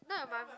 not your mum